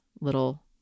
little